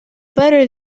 better